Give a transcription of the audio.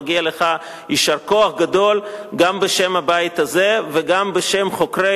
מגיע לך יישר כוח גדול גם בשם הבית הזה וגם בשם חוקרי